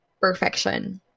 perfection